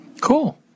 Cool